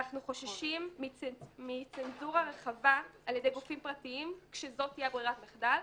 אנחנו חוששים מצנזורה רחבה על ידי גופים פרטיים כשזאת תהיה ברירת המחדל,